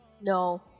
No